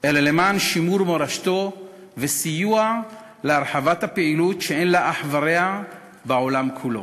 אלא למען שימור מורשתו וסיוע להרחבת הפעילות שאין לה אח ורע בעולם כולו.